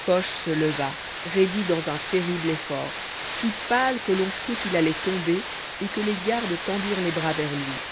coche se leva raidi dans un terrible effort si pâle que l'on crut qu'il allait tomber et que les gardes tendirent les bras vers lui